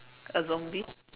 a zombie